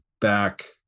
back